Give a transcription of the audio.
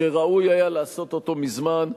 שראוי היה לעשות אותו מזמן.